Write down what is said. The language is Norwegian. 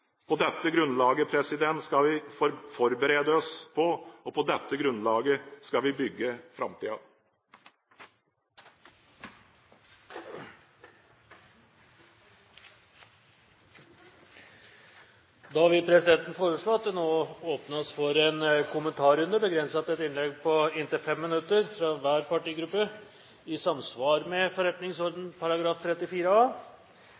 På dette grunnlaget skal vi forberede oss på, og på dette grunnlaget skal vi bygge framtiden. Da vil presidenten foreslå at det nå åpnes for en kommentarrunde, begrenset til ett innlegg på inntil 5 minutter fra hver partigruppe, i samsvar med forretningsordenens § 34 a.